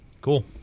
cool